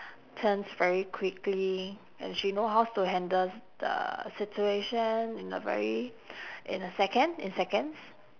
turns very quickly and she know hows to handle the situation in a very in a second in seconds